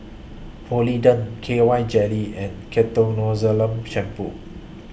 Polident K Y Jelly and Ketoconazole Shampoo